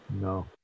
no